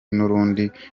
n’urundi